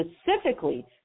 specifically